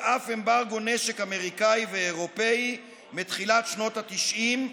על אף אמברגו נשק אמריקני ואירופי מתחילת שנות התשעים,